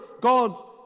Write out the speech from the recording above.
God